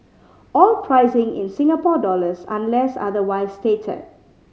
all pricing in Singapore dollars unless otherwise stated